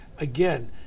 Again